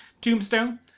tombstone